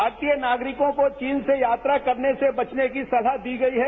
भारतीय नागरिकों को चीन से यात्रा करने से बचने की सलाह दी गई है